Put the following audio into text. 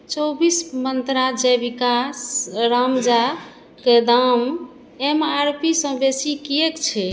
चौबीस मन्त्रा जैविका राजमाक दाम एम आर पी सँ बेसी कियेक छै